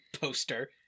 poster